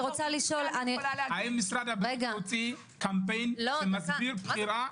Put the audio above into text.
האם משרד הבריאות יוציא קמפיין שמסביר בחירה?